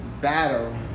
battle